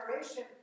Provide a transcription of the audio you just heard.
generation